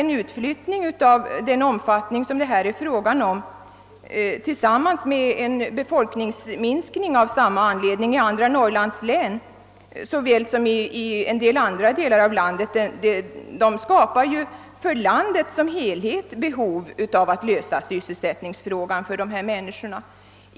En utflyttning av den omfattning det här gäller tillsammans med en befolkningsminskning av samma anledning i andra norrlandslän och på en del andra håll gör det nödvändigt att lösa sysselsättningsfrågorna för landet som helhet.